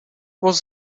was